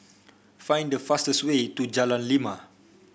find the fastest way to Jalan Lima